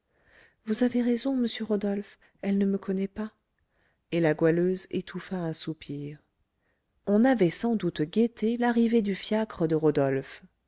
vous avez raison monsieur rodolphe elle ne me connaît pas et la goualeuse étouffa un soupir on avait sans doute guetté l'arrivée du fiacre de rodolphe